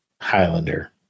Highlander